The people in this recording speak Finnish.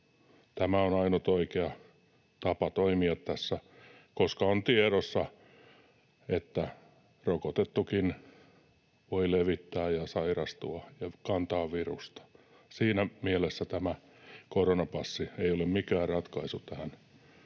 Tämä on ainut oikea tapa toimia tässä, koska on tiedossa, että rokotettukin voi levittää ja sairastua ja kantaa virusta. Siinä mielessä koronapassi ei ole mikään ratkaisu tähän